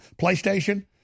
PlayStation